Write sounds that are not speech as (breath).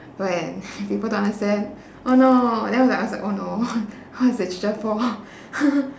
when people don't understand (breath) oh no then I I was like oh no what's the teacher for (laughs)